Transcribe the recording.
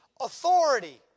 authority